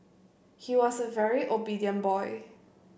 he was a very obedient boy